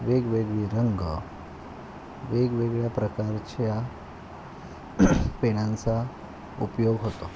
वेगवेगळी रंग वेगवेगळ्या प्रकारच्या पेनांचा उपयोग होतो